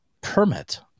permit